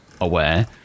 aware